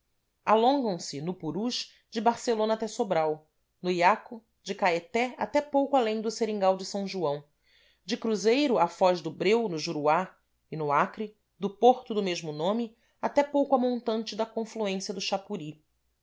alongam se no purus de barcelona até sobral no iaco de caeté até pouco além do seringal de são joão de cruzeiro à foz do breu no juruá e no acre do porto do mesmo nome até pouco a montante da confluência do xapuri